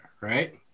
right